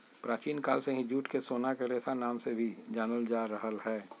प्राचीन काल से ही जूट के सोना के रेशा नाम से भी जानल जा रहल हय